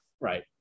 Right